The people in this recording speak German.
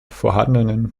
vorhandenen